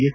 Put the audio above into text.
S